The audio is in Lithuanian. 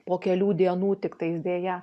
po kelių dienų tiktais deja